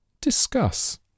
Discuss